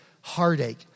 heartache